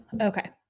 Okay